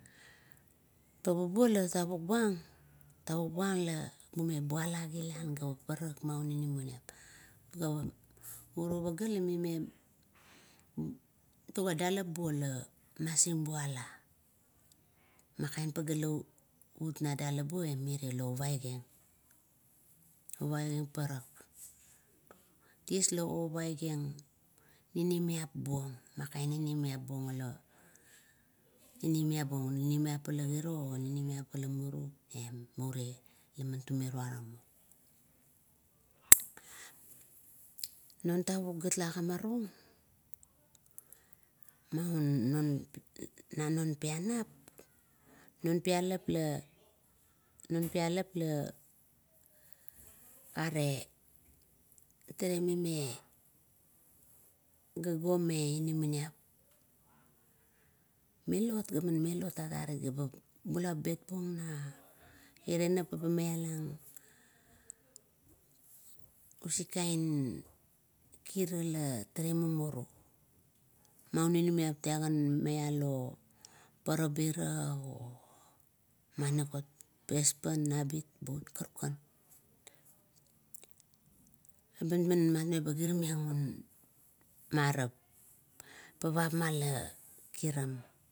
Pabubuo la tavuk buang, bume bula kilan, ga paparak maung inamanip ga uro pagea la mime masing buala. Ma kaen pagea la uut na dalap bua, iriet, la ovaik lang. La ovaik lang parak, ties la ovaik lang ninimiap buong, man kain ninimiap, ninimiap ura muru, o ninimiap ula giro, are uriet la tume tura mo. Non tavuk gat la agimarung maun non pianap, non pialap, non pialap la are, talegan mime gago meinamaniap, melot ga man melot agarit, bula bet buong na ire nop la ba mialang usik kaen kira, la tale mumuru. Non inamanip talagan maialo parabira o mamagat espan nabit o karukan, ebat man matmeba meraung, marap pavap ma la kiram.